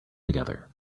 together